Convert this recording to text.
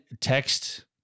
text